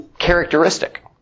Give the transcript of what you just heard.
characteristic